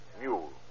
Mule